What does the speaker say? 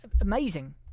amazing